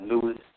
Lewis